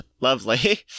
Lovely